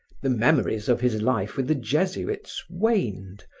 the memories of his life with the jesuits waned,